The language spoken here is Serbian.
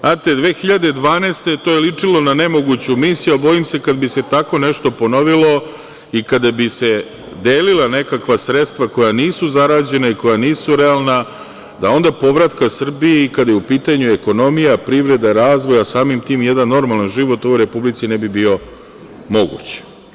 Znate, 2012. godine to je ličilo na nemoguću misiju, a bojim se, kada bi se tako nešto ponovilo i kada bi se delila nekakva sredstva koja nisu zarađena i koja nisu realna, onda povratka Srbiji, kada je u pitanju ekonomija, privreda, razvoj, a samim tim jedan normalan život ovoj Republici ne bi bio moguć.